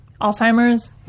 alzheimer's